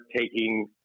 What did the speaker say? taking